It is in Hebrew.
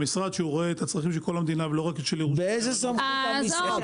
המשרד רואה את כל הצרכים של המדינה ולא רק --- באיזו סמכות המשרד?